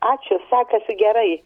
ačiū sekasi gerai